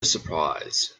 surprise